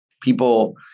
people